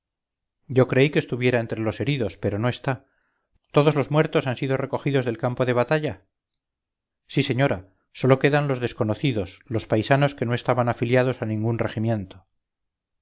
yo creí que estuviera entre los heridos pero no está todos los muertos han sido recogidos del campo de batalla sí señora sólo quedan los desconocidos los paisanos que no estaban afiliados a ningún regimiento